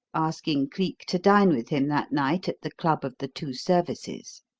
asking cleek to dine with him that night at the club of the two services.